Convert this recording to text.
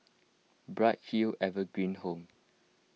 Bright Hill Evergreen Home